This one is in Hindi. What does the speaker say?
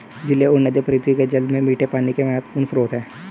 झीलें और नदियाँ पृथ्वी के जल में मीठे पानी के महत्वपूर्ण स्रोत हैं